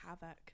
havoc